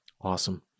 Awesome